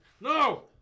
No